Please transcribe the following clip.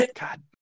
God